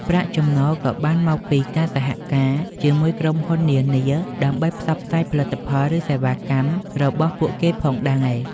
ប្រាក់ចំណូលក៏បានមកពីការសហការជាមួយក្រុមហ៊ុននានាដើម្បីផ្សព្វផ្សាយផលិតផលឬសេវាកម្មរបស់ពួកគេផងដែរ។